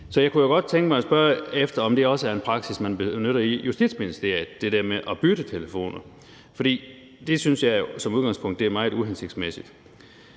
Så jeg kunne jo godt tænke mig at spørge, om det også er en praksis, man benytter i Justitsministeriet – altså det der med at bytte telefoner. For det synes jeg som udgangspunkt er meget uhensigtsmæssigt.